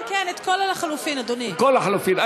לחלופין, להצביע.